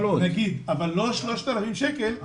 נגיד, אבל בכל מקרה לא להעלות ל-3,000 שקל.